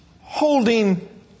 holding